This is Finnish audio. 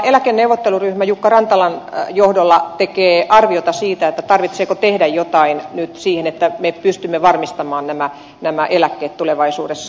eläkeneuvotteluryhmä jukka rantalan johdolla tekee arviota siitä tarvitseeko tehdä jotain nyt sen eteen että me pystymme varmistamaan eläkkeet tulevaisuudessa